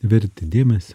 verti dėmesio